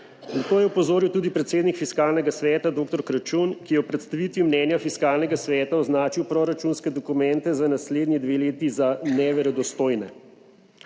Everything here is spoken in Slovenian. to je opozoril tudi predsednik Fiskalnega sveta dr. Kračun, ki je v predstavitvi mnenja Fiskalnega sveta označil proračunske dokumente za naslednji dve leti za neverodostojne.